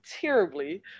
terribly